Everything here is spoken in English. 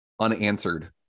unanswered